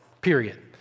period